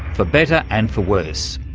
for better and for worse.